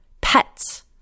pets